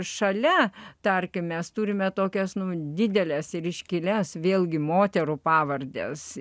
šalia tarkim mes turime tokias dideles ir iškilias vėlgi moterų pavardes